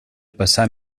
passar